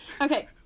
Okay